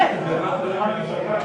מתחם ההשפעה,